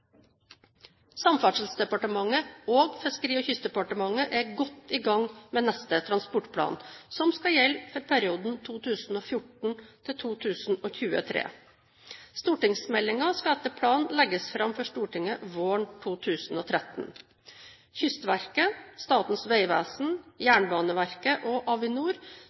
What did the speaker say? Samferdselsdepartementet og Fiskeri- og kystdepartementet er godt i gang med neste transportplan, som skal gjelde for perioden 2014–2023. Stortingsmeldingen skal etter planen legges fram for Stortinget våren 2013. Kystverket, Statens vegvesen, Jernbaneverket og Avinor